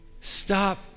stop